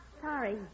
Sorry